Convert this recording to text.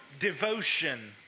devotion